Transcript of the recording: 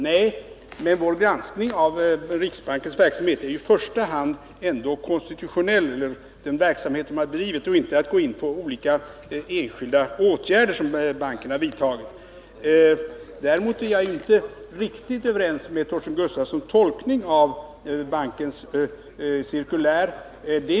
Nej, men vår granskning av riksbankens verksamhet är ändå i första hand konstitutionell och rör den verksamhet som har bedrivits, inte de olika enskilda åtgärder som banken har vidtagit. Däremot är jag inte riktigt överens med Torsten Gustafssons tolkning av bankens cirkulär.